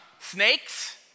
Snakes